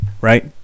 right